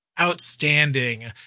outstanding